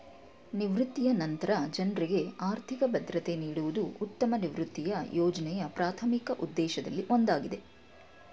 ನಿವೃತ್ತಿಯ ನಂತ್ರ ಜನ್ರುಗೆ ಆರ್ಥಿಕ ಭದ್ರತೆ ನೀಡುವುದು ಉತ್ತಮ ನಿವೃತ್ತಿಯ ಯೋಜ್ನೆಯ ಪ್ರಾಥಮಿಕ ಉದ್ದೇಶದಲ್ಲಿ ಒಂದಾಗಿದೆ